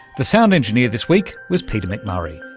the sound engineer this week was peter mcmurray.